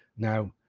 now,